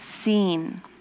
seen